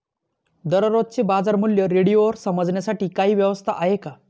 दररोजचे बाजारमूल्य रेडिओवर समजण्यासाठी काही व्यवस्था आहे का?